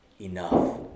enough